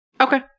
Okay